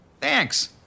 Thanks